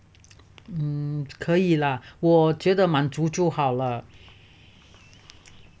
嗯可以 lah 我觉得满足就好了